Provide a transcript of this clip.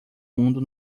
mundo